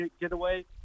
getaway